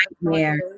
nightmare